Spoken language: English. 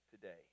today